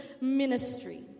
ministry